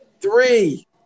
Three